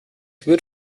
wird